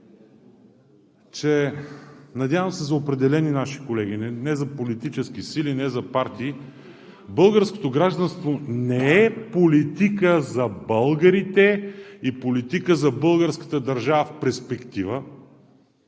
– надявам се за определени наши колеги, не за политически сили, не за партии – че българското гражданство не е политика за българите и политика за българската държава в перспектива,